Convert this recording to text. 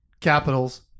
capitals